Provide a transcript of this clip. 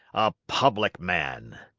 a public man!